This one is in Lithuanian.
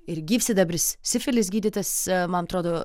ir gyvsidabris sifilis gydytas man atrodo